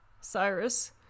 Cyrus